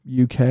UK